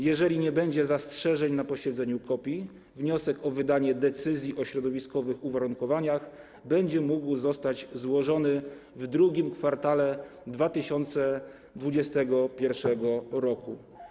Jeżeli nie będzie zastrzeżeń na posiedzeniu KOPI, wniosek o wydanie decyzji o środowiskowych uwarunkowaniach będzie mógł zostać złożony w II kwartale 2021 r.